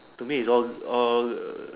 to me is all all err